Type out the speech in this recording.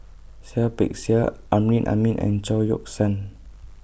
Seah Peck Seah Amrin Amin and Chao Yoke San